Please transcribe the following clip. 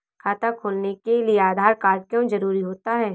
खाता खोलने के लिए आधार कार्ड क्यो जरूरी होता है?